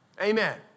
Amen